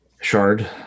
Shard